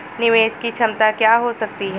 निवेश की क्षमता क्या हो सकती है?